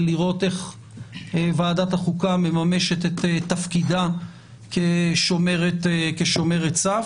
לראות איך ועדת החוקה מממשת את תפקידה כשומרת סף.